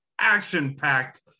action-packed